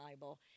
Bible